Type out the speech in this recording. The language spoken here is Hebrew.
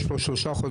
יש פה 3 חודשים.